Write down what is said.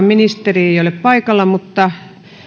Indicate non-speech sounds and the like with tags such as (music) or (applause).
(unintelligible) ministeri ei ole paikalla mutta